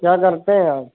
क्या करते हैं आप